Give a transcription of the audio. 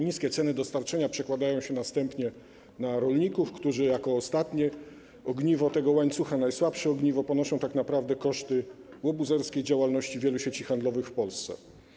Niskie ceny dostarczenia przekładają się następnie na rolników, którzy jako ostatnie ogniwo tego łańcucha, najsłabsze ogniwo, ponoszą koszty łobuzerskiej działalności wielu sieci handlowych w Polsce.